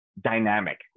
dynamic